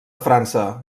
frança